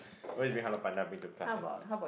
always buy Hello Panda bring to class and eat